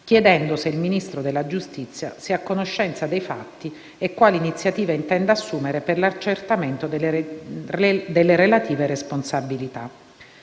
chiedendo se il Ministro della giustizia sia a conoscenza dei fatti e quali iniziative intenda assumere per l'accertamento delle relative responsabilità.